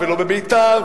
ולא בביתר,